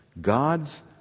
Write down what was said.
God's